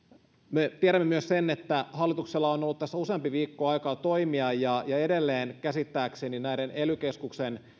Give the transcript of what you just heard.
me tiedämme myös sen että hallituksella on ollut tässä useampi viikko aikaa toimia ja ja edelleen käsittääkseni näiden ely keskusten